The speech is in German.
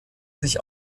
sich